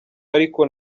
ariko